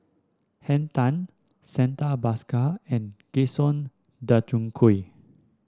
Henn Tan Santha Bhaskar and Gaston Dutronquoy